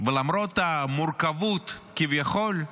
ולמרות המורכבות כביכול,